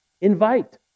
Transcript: invite